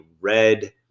red